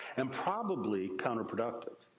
and probably counter-productive.